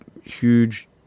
huge